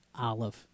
Olive